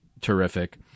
terrific